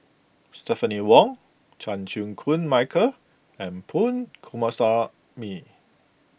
Stephanie Wong Chan Chew Koon Michael and Punch Coomaraswamy